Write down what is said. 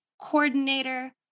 coordinator